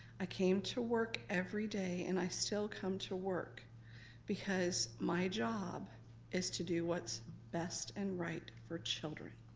i came to work everyday and i still come to work because my job is to do what's best and right for children.